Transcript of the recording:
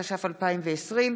התש"ף 2020,